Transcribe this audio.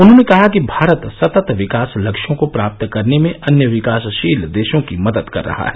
उन्होंने कहा कि भारत सतत विकास लक्ष्यों को प्राप्त करने में अन्य विकासशील देशों की भी मदद कर रहा है